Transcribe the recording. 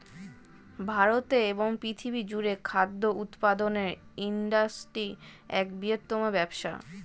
ভারতে এবং পৃথিবী জুড়ে খাদ্য উৎপাদনের ইন্ডাস্ট্রি এক বৃহত্তম ব্যবসা